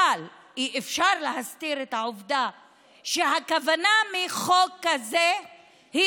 אבל אי-אפשר להסתיר את העובדה שהכוונה בחוק כזה היא